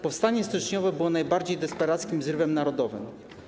Powstanie styczniowe było najbardziej desperackim zrywem narodowym.